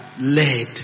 led